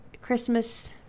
Christmas